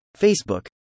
Facebook